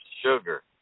Sugar